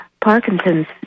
Parkinson's